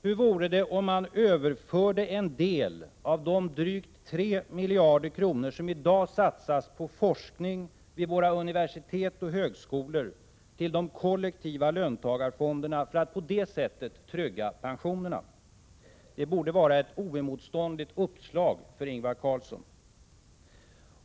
Hur vore det om man överförde en del av de drygt 3 miljarder kronor som i dag satsas på forskning vid våra universitet och högskolor till de kollektiva löntagarfonderna för att på det sättet trygga pensionerna? Det borde vara ett oemotståndligt uppslag för Ingvar Carlsson.